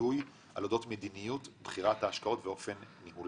גילוי על אודות מדיניות בחירת ההשקעות ואופן ניהול...